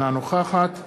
אינה נוכחת